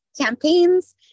campaigns